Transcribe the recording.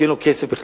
כי אין לו כסף בכלל.